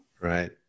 Right